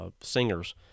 singers